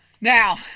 Now